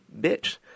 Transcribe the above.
bitch